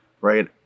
right